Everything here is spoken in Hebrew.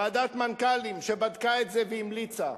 ועדת מנכ"לים, שבדקה את זה והמליצה.